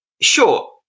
Sure